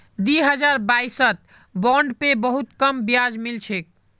दी हजार बाईसत बॉन्ड पे बहुत कम ब्याज मिल छेक